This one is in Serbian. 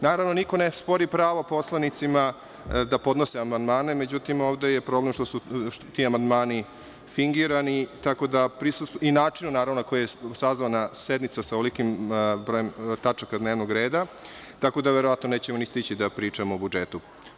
Naravno, niko ne spori pravo poslanicima da podnose amandmane, međutim ovde je problem što ti amandmani fingirani i način na koji je sazvana sednica sa ovolikim brojem tačaka dnevnog reda, tako da verovatno nećemo ni stići da pričamo o budžetu.